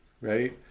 right